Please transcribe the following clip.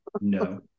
No